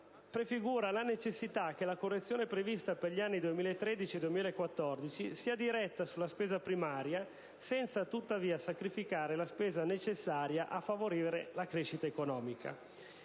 prefigura la necessità che la correzione prevista per gli anni 2013 e 2014 sia diretta sulla spesa primaria, senza tuttavia sacrificare la spesa necessaria a favorire la crescita economica.